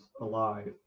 alive